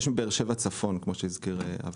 יש שאטל נגיש.